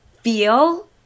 feel